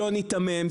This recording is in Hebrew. לא ניתמם,